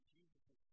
Jesus